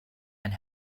and